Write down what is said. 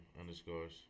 underscores